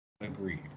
Agreed